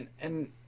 and-